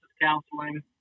counseling